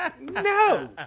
No